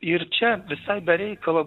ir čia visai be reikalo